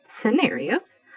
scenarios